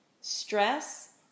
stress